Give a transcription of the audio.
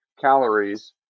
calories